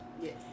Yes